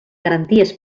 garanties